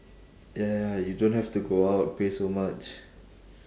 ya ya ya you don't have to go out pay so much